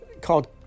called